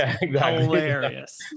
hilarious